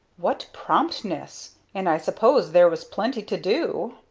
what promptness! and i suppose there was plenty to do!